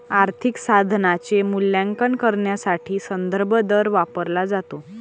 आर्थिक साधनाचे मूल्यांकन करण्यासाठी संदर्भ दर वापरला जातो